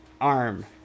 arm